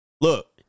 Look